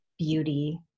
beauty